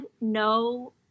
no